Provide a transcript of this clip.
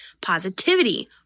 positivity